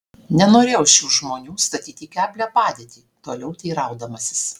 nenorėjau šių žmonių statyti į keblią padėtį toliau teiraudamasis